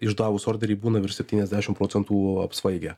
išdavus orderį būna virš septyniasdešim procentų apsvaigę